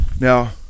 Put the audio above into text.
Now